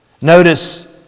Notice